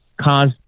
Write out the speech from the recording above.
cause